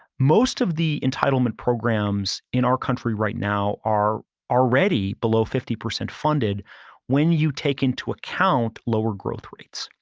most of the entitlement programs in our country right now are already below fifty percent funded when you take into account lower growth rates,